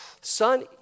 son